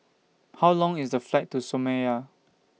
How Long IS The Flight to Somalia